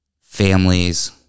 families